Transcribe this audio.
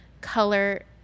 color